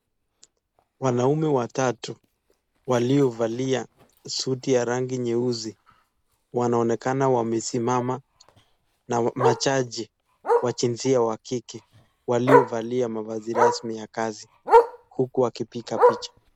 Wanaume watatu walio valia suti ya rangi nyeusi wanaonekana wamesimama na majaji wa jinsia ya kike walio valia mavazi rasmi ya kazi huku wakipiga picha.